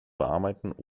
bearbeiten